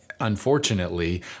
unfortunately